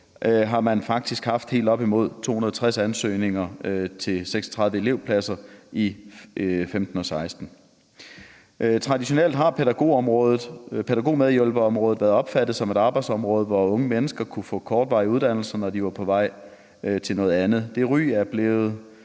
har man faktisk haft helt op imod 260 ansøgninger til 36 elevpladser i 2015 og 2016. Traditionelt set har pædagogmedhjælperområdet været opfattet som et arbejdsområde, hvor unge mennesker kunne få kortvarige uddannelser, når de var på vej til noget andet. Det ry er der blevet